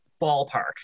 ballpark